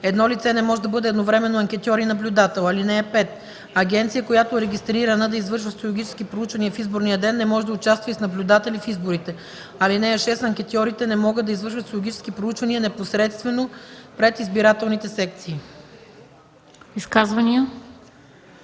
Едно лице не може да бъде едновременно анкетьор и наблюдател. (5) Агенция, която е регистрирана да извършва социологически проучвания в изборния ден не може да участва и с наблюдатели в изборите. (6) Анкетьорите не могат да извършват социологически проучвания непосредствено пред избирателните секции.”